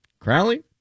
Crowley